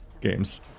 Games